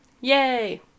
Yay